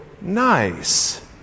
nice